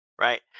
right